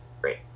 Great